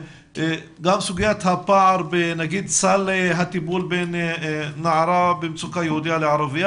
גם סוגיית הפער בסל הטיפול בין נערה יהודייה במצוקה לערבייה,